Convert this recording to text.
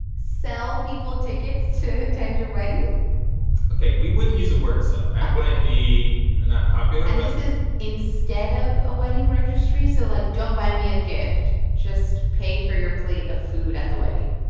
sell people tickets to attend your wedding ok. we wouldn't use the word sell. that might be ah not popular and this is instead of a wedding registry. so, like, don't buy me a gift just pay for your plate of food at the wedding